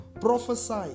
prophesy